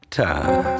time